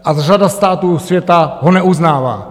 A řada států světa ho neuznává.